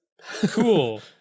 cool